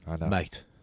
mate